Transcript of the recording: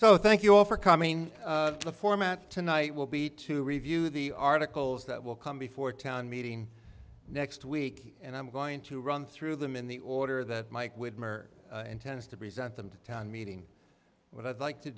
so thank you all for coming to format tonight will be to review the articles that will come before town meeting next week and i'm going to run through them in the order that mike widmer intends to present them to town meeting what i'd like to